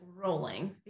rolling